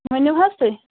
ؤنِو حَظ تُہۍ